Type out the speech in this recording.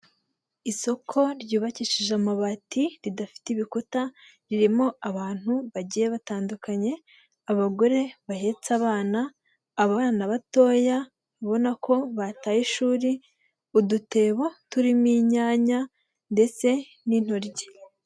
Isoko ryubakishije amabati ridafite ibikuta, ririmo abantu bagiye batandukanye, abagore bahetse abana, abana batoya ubona ko bataye ishuri, udutebo turimo inyanya ndetse n'intoryi.